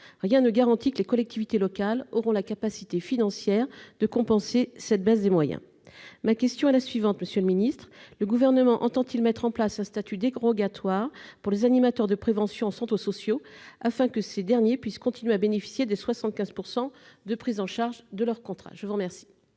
Rien ne garantit que les collectivités locales auront la capacité financière de compenser cette baisse des moyens. Monsieur le secrétaire d'État, le Gouvernement entend-il mettre en place un statut dérogatoire pour les animateurs de prévention en centres sociaux, afin que ces derniers puissent continuer à bénéficier d'une prise en charge des contrats à hauteur de